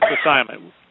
assignment